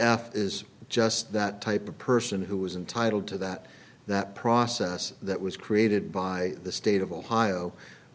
after is just that type of person who was entitle to that that process that was created by the state of ohio